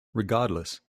regardless